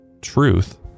truth